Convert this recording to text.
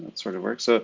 sort of works. ah